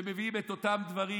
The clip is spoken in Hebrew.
ומביאים את אותם דברים.